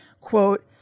quote